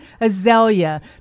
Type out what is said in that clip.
azalea